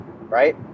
right